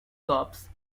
gobs